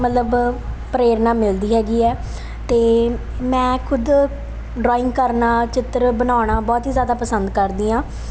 ਮਤਲਬ ਪ੍ਰੇਰਨਾ ਮਿਲਦੀ ਹੈਗੀ ਹੈ ਅਤੇ ਮੈਂ ਖੁਦ ਡਰਾਇੰਗ ਕਰਨਾ ਚਿੱਤਰ ਬਣਾਉਣਾ ਬਹੁਤ ਹੀ ਜ਼ਿਆਦਾ ਪਸੰਦ ਕਰਦੀ ਹਾਂ